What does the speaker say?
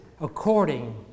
according